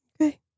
Okay